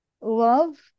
love